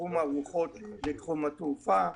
לתחום הארוחות לתחום התעופה,